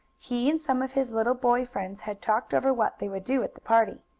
he and some of his little boy friends had talked over what they would do at the party.